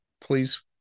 please